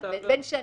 תקופה.